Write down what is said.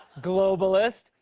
globalist.